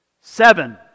Seven